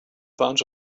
bunch